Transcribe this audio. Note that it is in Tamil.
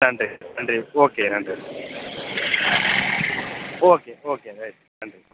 நன்றி நன்றி ஓகே நன்றி ஓகே ஓகே ரைட் நன்றி